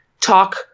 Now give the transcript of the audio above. talk